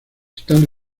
están